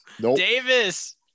Davis